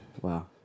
Wow